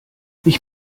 ich